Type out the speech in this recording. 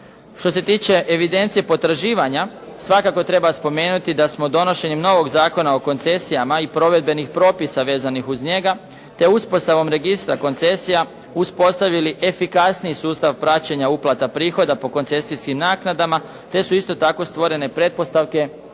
Što se tiče evidencije potraživanja, svakako treba spomenuti da smo donošenjem novog Zakona o koncesijama i provedbenih propisa vezanih uz njega, te uspostavom registra koncesija uspostavili efikasniji sustav praćenja uplata prihoda po koncesijskim naknadama, te su isto tako stvorene pretpostavke